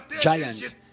giant